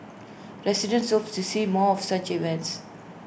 residents hope to see more of such events